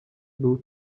był